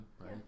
Right